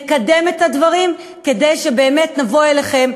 נקדם את הדברים כדי שבאמת נבוא אליכם